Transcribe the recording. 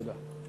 תודה.